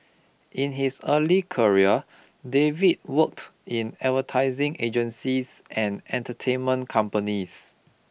in his early career David worked in advertising agencies and entertainment companies